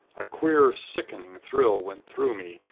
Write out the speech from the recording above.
a queer, sickening thrill went through me,